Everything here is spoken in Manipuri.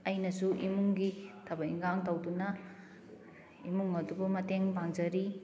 ꯑꯩꯅꯁꯨ ꯏꯃꯨꯡꯒꯤ ꯊꯕꯛ ꯏꯟꯈꯥꯡ ꯇꯧꯗꯨꯅ ꯏꯃꯨꯡ ꯑꯗꯨꯕꯨ ꯃꯇꯦꯡ ꯄꯥꯡꯖꯔꯤ